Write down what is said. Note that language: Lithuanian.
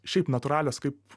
šiaip natūralios kaip